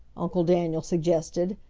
uncle daniel suggested,